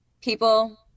people